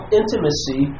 intimacy